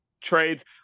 trades